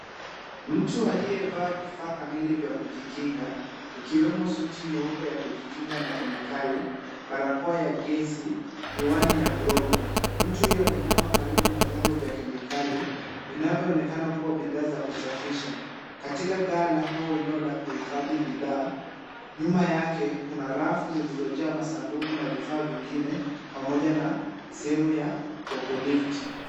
Mtu aliyevaa vifaa kamili vya kujikinga, ikiwemo suti nyeupe ya kujikinga na kemikali, barakoa ya gesi, miwani na glovu. Mtu huyo anainama karibu na vyombo vya kemikali, vinavyoonekana kuwa bidhaa za kusafisha. Katika ghala au eneo la kuhifadhi bidhaa, nyuma yake kuna rafu zilizojaa masanduku na vifaa vingine, pamoja na sehemu ya fokolifti.